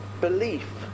belief